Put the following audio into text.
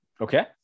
Okay